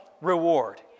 reward